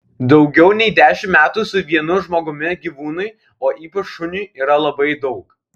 daugiau nei dešimt metų su vienu žmogumi gyvūnui o ypač šuniui yra labai daug